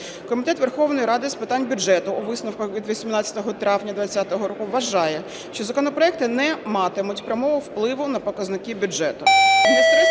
Комітет Верховної Ради з питань бюджету у висновках від 18 травня 20-го року вважає, що законопроекти не матимуть прямого впливу на показники бюджету.